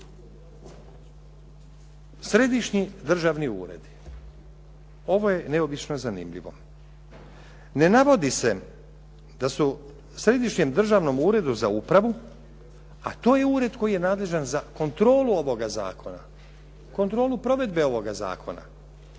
Središnji državni uredi, ovo je neobično zanimljivo. Ne navodi se da su Središnjem državnom uredu za upravu, a to je ured koji je nadležan za kontrolu ovoga zakona, kontrolu provedbe ovoga zakona,